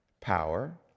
power